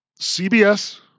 CBS